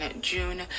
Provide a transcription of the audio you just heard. June